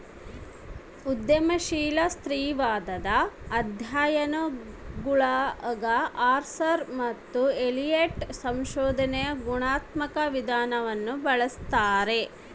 ಉದ್ಯಮಶೀಲ ಸ್ತ್ರೀವಾದದ ಅಧ್ಯಯನಗುಳಗಆರ್ಸರ್ ಮತ್ತು ಎಲಿಯಟ್ ಸಂಶೋಧನೆಯ ಗುಣಾತ್ಮಕ ವಿಧಾನವನ್ನು ಬಳಸ್ತಾರೆ